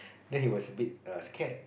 then he was a bit err scared